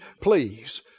Please